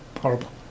Horrible